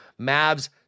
Mavs